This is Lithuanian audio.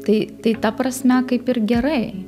tai tai ta prasme kaip ir gerai